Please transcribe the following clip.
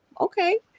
okay